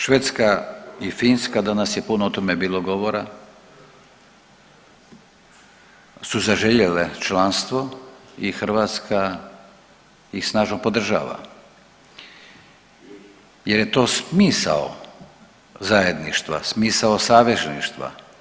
Švedska i Finska, danas je puno o tome bilo govora, su zaželjele članstvo i Hrvatska ih snažno podržava jer je to smisao zajedništva, smisao savezništva.